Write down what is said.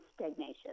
stagnation